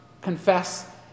confess